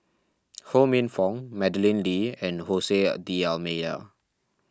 Ho Minfong Madeleine Lee and Jose D'Almeida